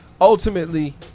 Ultimately